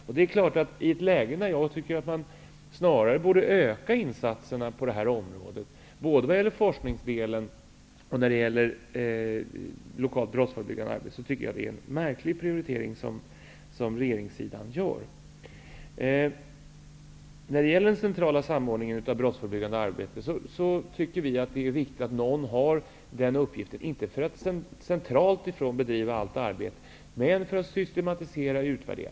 Jag tycker att det är en märklig prioritering som regeringen gör i ett läge där det snarare borde ges ökade insatser för forskning och det lokala brottsförebyggande arbetet. Vi tycker att det är viktigt att någon har uppgiften att ta hand om den centrala samordningen av det brottsförebyggande arbetet. Det är inte för att allt arbete skall bedrivas centralt, utan för att systematisera och utvärdera.